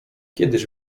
kiedyż